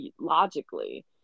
logically